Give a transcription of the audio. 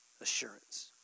assurance